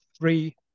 Three